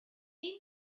may